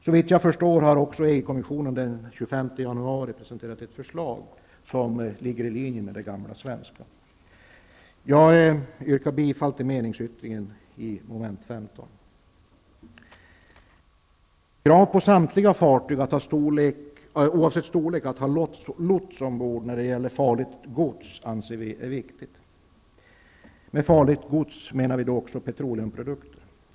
Såvitt jag förstår har EG-kommissionen den 25 januari presenterat ett förslag som ligger i linje med det gamla svenska. Jag yrkar bifall till meningsyttringen vid mom. 15. Krav på samtliga fartyg, oavsett storlek, att ha lots ombord när farligt gods transporteras anser vi vara viktigt. Med farligt gods menar vi då också petroleumprodukter.